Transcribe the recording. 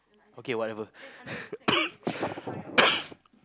okay whatever